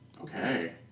Okay